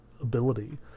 ability